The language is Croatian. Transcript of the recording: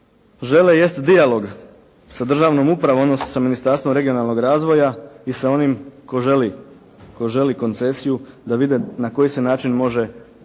žele jest dijalog sa državnom upravom, odnosno sa Ministarstvom regionalnog razvoja i sa onim tko želi koncesiju da vide na koji se način može